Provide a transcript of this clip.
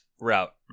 route